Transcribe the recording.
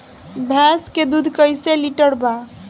भैंस के दूध कईसे लीटर बा?